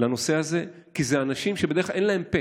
לנושא הזה, כי אלה אנשים שבדרך כלל אין להם פה,